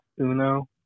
uno